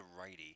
righty